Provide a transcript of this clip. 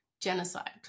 Genocide